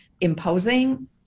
imposing